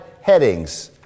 headings